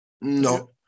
No